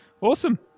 Awesome